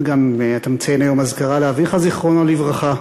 וגם אתה מציין היום אזכרה לאביך, זיכרונו לברכה,